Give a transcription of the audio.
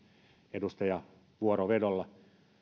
edustaja vuorovedolla